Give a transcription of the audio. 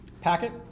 Packet